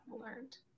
Learned